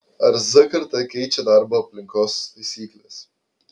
ar z karta keičia darbo aplinkos taisykles